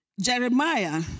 Jeremiah